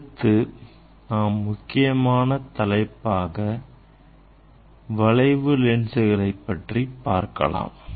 அடுத்த முக்கியமான தலைப்பாக வளைவு லென்ஸ்களை பற்றி இப்பொழுது பார்க்கலாம்